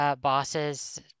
bosses